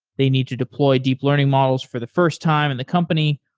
they need to deploy deep learning models for the first time in the company.